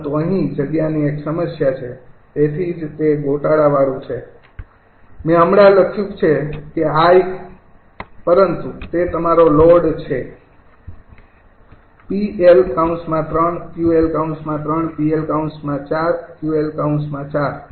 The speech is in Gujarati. પરંતુ અહીં જગ્યાની એક સમસ્યા છે તેથી જ તે ગોટોળાવાળું બનશે મેં હમણાં જ લખ્યું છે 𝑖 પરંતુ તે તમારો લોડ છે 𝑃𝐿૩𝑄𝐿૩𝑃𝐿૪𝑄𝐿૪